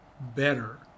better